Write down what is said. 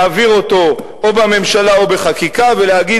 להעביר אותו או בממשלה או בחקיקה ולהגיד,